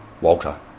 Walter